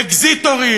אקזיטורים,